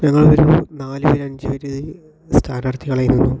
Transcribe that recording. ഞങ്ങൾ ഒരു നാലു പേര് അഞ്ചു പേര് സ്ഥാനാർത്ഥികൾ ആയിരുന്നു